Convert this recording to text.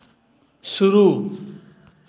शुरू